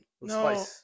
No